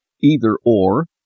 either-or